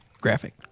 graphic